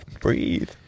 Breathe